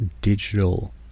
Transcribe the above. digital